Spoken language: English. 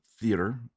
Theater